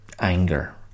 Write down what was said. anger